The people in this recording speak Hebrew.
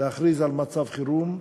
להכריז על מצב חירום.